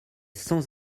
sans